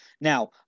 Now